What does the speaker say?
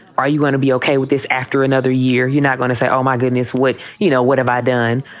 are you gonna be ok with this after another year? you're not going to say, oh, my goodness, what? you know, what have i done?